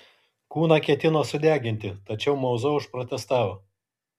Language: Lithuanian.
kūną ketino sudeginti tačiau mauza užprotestavo